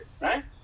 right